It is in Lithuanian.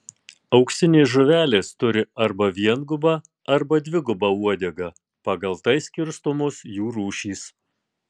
auksinės žuvelės turi arba viengubą arba dvigubą uodegą pagal tai skirstomos jų rūšys